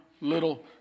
little